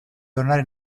tornare